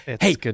hey